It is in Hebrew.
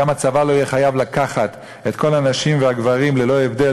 וגם הצבא לא יהיה חייב לקחת את כל הנשים והגברים ללא הבדל,